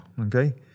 Okay